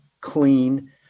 clean